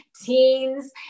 teens